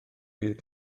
bydd